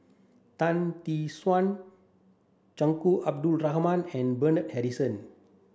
Tan Tee Suan Tunku Abdul Rahman and Bernard Harrison